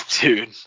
dude